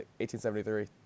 1873